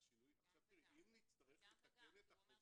גם וגם.